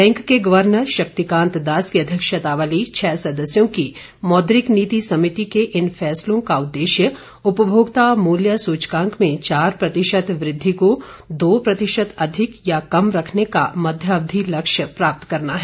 bank के गवर्नर शक्तिकांत दास की अध्यक्षता वाली छह सदस्यों की मौद्रिक नीति समिति के इन फैसलों का उद्देश्य उपभोक्ता मूल्य सूचकांक में चार प्रतिशत वृद्धि को दो प्रतिशत अधिक या कम रखने का मध्यावधि लक्ष्य प्राप्त करना है